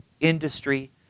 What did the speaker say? industry